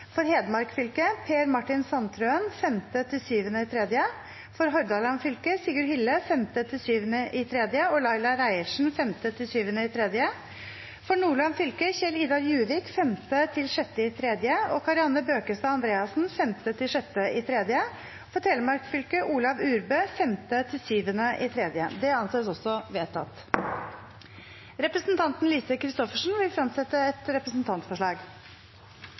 for å møte i permisjonstiden: For Hedmark fylke: Per Martin Sandtrøen 5.–7. mars For Hordaland fylke: Sigurd Hille 5.–7. mars og Laila Reiertsen 5.–7. mars For Nordland fylke: Kjell-Idar Juvik 5.–6. mars og Kari Anne Bøkestad Andreassen 5.–6. mars For Telemark fylke: Olav Urbø 5.–7. mars Representanten Lise Christoffersen vil fremsette et representantforslag.